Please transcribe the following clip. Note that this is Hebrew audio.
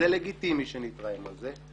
ולגיטימי שנתרעם על זה,